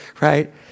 right